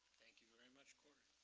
thank you very much, kory.